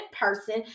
person